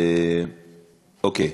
אוקיי.